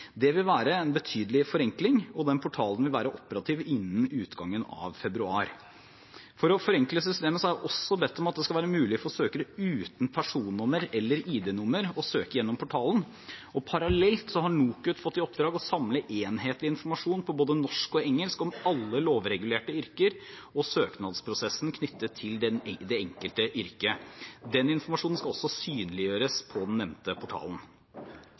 Det vil være en betydelig forenkling, og portalen vil være operativ innen utgangen av februar. For å forenkle systemet har jeg også bedt om at det skal være mulig for søkere uten personnummer eller ID-nummer å søke gjennom portalen. Parallelt har NOKUT fått i oppdrag å samle enhetlig informasjon på både norsk og engelsk om alle lovregulerte yrker, og søknadsprosessen knyttet til det enkelte yrke. Denne informasjonen skal også synliggjøres på den nevnte portalen.